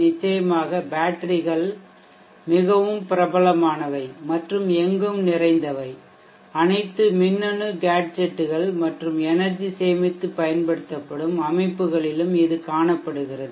நிச்சயமாக பேட்டரிகள் மிகவும் பிரபலமானவை மற்றும் எங்கும் நிறைந்தவை அனைத்து மின்னணு கேட்ஜெட்டுகள் மற்றும் எனெர்ஜி சேமித்து பயன்படுத்தப்படும் அமைப்புகளிலும் இது காணப்படுகிறது